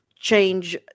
change